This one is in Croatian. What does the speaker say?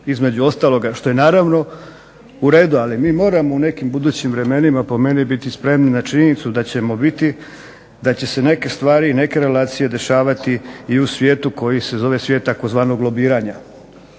između ostaloga što je naravno u redu. Ali mi moramo u nekim budućim vremenima po meni biti spremni na činjenicu da ćemo biti, da će se neke stvari i neke relacije dešavati i u svijetu koji se zove svijet tzv. lobiranja,